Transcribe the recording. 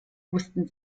wussten